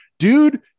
Dude